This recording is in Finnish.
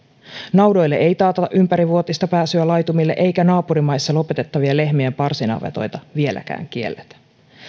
naudoille ei taata ympärivuotista pääsyä laitumille eikä naapurimaissa lopetettavia lehmien parsinavetoita vieläkään kielletä